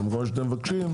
שזה מה שאתם מבקשים,